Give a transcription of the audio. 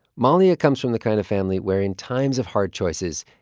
mahlia comes from the kind of family where in times of hard choices,